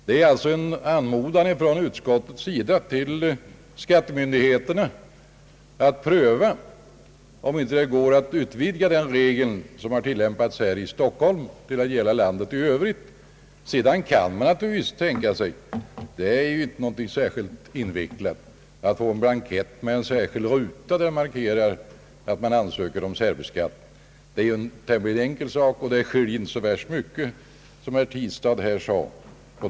Det är alltså en anmodan från utskottet till skattemyndigheterna att pröva om det inte går att utvidga den regel som har tillämpats i Stockholm till att även gälla landet i övrigt. Sedan kan man naturligtvis tänka sig att få en blankett med en särskild ruta där man markerar att man ansöker om särbeskattning. Det är ju en tämligen enkel sak, och det förfarandet skiljer sig ju inte så mycket från det förra, som herr Tistad sade.